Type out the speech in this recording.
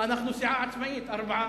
אנחנו סיעה עצמאית, ארבעה.